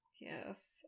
Yes